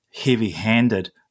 heavy-handed